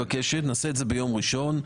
נעשה את זה ביום ראשון.